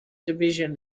division